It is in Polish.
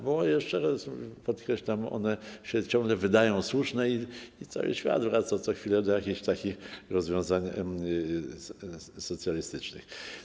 Bo, jeszcze raz podkreślam, one się ciągle wydają słuszne i cały świat wraca co chwilę do takich rozwiązań socjalistycznych.